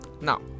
now